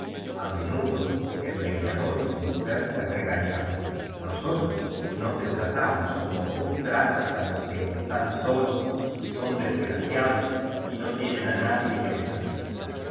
a menudo el leñador y su mujer le regañaban nosotros no te tratamos como tú tratas á los que están solos y son des graciados y no tienen á nadie que les asista